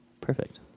Perfect